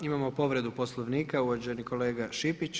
Imamo povredu Poslovnika, uvaženi kolega Šipić.